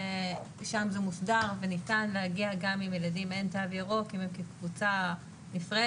שם זה מוסדר וניתן להגיע גם אם לילדים אין תו ירוק אם הם כקבוצה נפרדת.